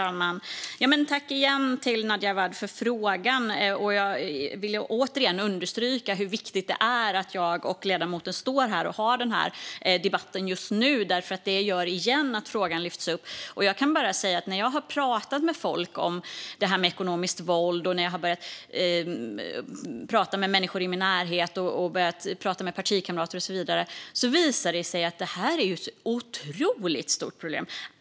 Herr talman! Tack igen till Nadja Awad för frågan! Jag vill återigen understryka hur viktigt det är att jag och ledamoten står här och har den här debatten just nu, för det gör att frågan lyfts upp igen. Jag kan bara säga att när jag har pratat om detta med ekonomiskt våld med folk, med människor i min närhet och med partikamrater och så vidare, har det visat sig att det är ett otroligt stort problem.